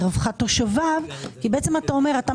לרווחת תושביו כי בעצם אתה אומר שאתה